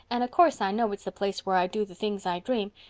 and of course i know it's the place where i do the things i dream,